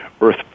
Earth